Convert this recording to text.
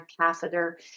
catheter